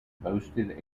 boasted